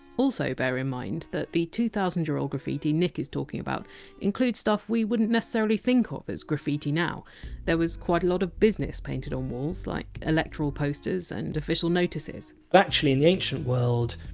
also, bear in mind that the two thousand year old graffiti nick is talking about includes stuff we wouldn! t necessarily think ah of as graffiti now there was quite a lot of business painted on walls, like electoral posters and official notices but actually in the ancient world,